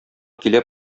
килә